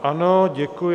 Ano, děkuji.